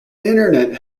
internet